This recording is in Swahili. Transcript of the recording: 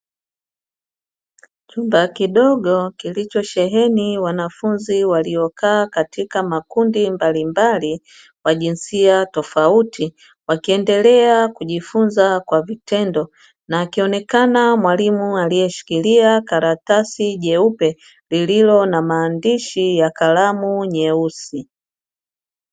Chumba kidogo kilichosheheni wanafunzi waliyokaa katika makundi mbalimbali wa jinsia tofauti, wakiendelea kujifunza kwa vitendo na akionekana mwalimu aliyeshikilia karatasi jeupe lililo na maandishi ya kalamu nyeusi.